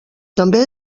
també